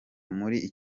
muri